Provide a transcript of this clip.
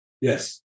Yes